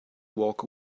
walk